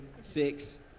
six